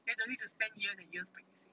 then don't need to spend years and years practicing